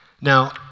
Now